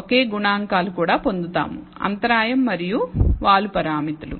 ఒకే గుణకాలు కూడా పొందుతాము అంతరాయం మరియు వాలు పారామితులు